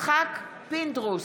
יצחק פינדרוס,